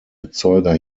erzeuger